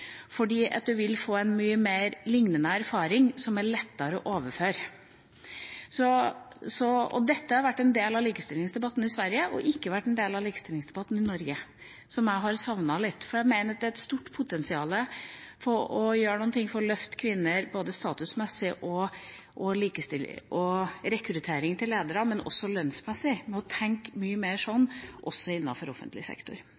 fordi man vil få en mye mer lik erfaring, som er lettere å overføre. Dette har vært en del av likestillingsdebatten i Sverige, men ikke vært en del av likestillingsdebatten i Norge, som jeg har savnet litt. Jeg mener det er et stort potensial for å gjøre noe for å løfte kvinner både statusmessig og ved rekruttering til ledere, men også lønnsmessig ved å tenke mye mer sånn også innenfor offentlig sektor.